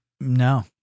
No